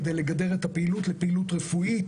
כדי לגדר את הפעילות לפעילות רפואית,